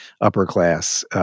upper-class